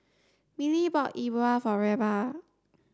Milly bought E Bua for Reba